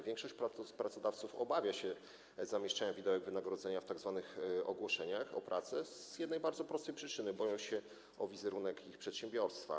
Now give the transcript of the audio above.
Większość pracodawców obawia się zamieszczenia widełek wynagrodzenia w tzw. ogłoszeniach o pracę z jednej bardzo prostej przyczyny: boją się o wizerunek przedsiębiorstwa.